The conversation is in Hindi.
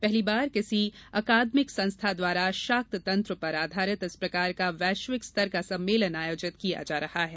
पहली बार किसी अकादमिक संस्था द्वारा शाक्त तंत्र पर आधारित इस प्रकार का वैश्विक स्तर का सम्मेलन आयोजित किया जा रहा है